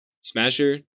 Smasher